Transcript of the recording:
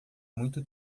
muito